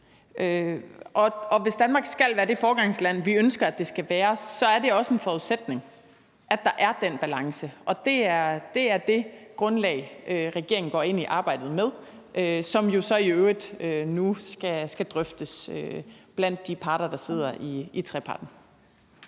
Hvis Danmark skal være det foregangsland, vi ønsker det skal være, så er det også en forudsætning, at der er den balance, og det er det grundlag, regeringen går ind i arbejdet på, som jo så i øvrigt nu skal drøftes blandt de parter, der sidder i treparten.